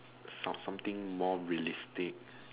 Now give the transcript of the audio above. some something more realistic